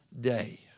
day